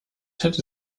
hätte